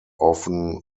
often